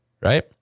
Right